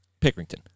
Pickerington